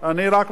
יום